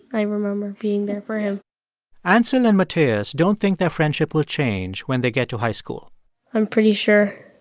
i remember being there for him ansel and mateus don't think their friendship will change when they get to high school i'm pretty sure